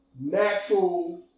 natural